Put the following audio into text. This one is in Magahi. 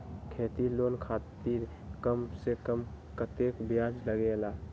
खेती लोन खातीर कम से कम कतेक ब्याज लगेला?